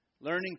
Learning